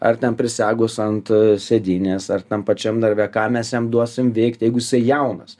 ar ten prisegus ant sėdynės ar tam pačiam narve ką mes jam duosim veikt jeigu jisai jaunas